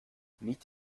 nicht